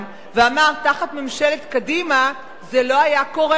ואמר: תחת ממשלת קדימה זה לא היה קורה.